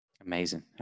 Amazing